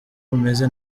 bumeze